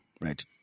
right